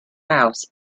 house